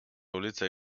ulice